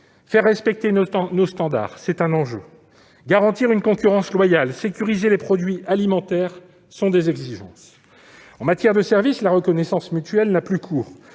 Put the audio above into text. Faire respecter nos standards est un enjeu. Garantir une concurrence loyale et sécuriser les produits alimentaires sont des exigences. En matière de services, la reconnaissance mutuelle n'a plus cours,